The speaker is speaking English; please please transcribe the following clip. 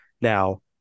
Now